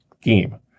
scheme